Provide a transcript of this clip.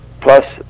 Plus